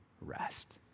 rest